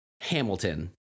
Hamilton